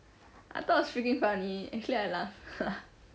I thought it's freaking funny actually I laughed